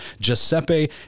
Giuseppe